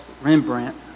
Rembrandt